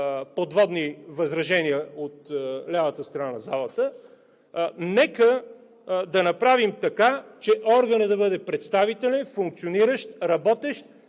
подводни възражения от лявата страна на залата, да направим така, че органът да бъде представителен, функциониращ, работещ